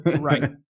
Right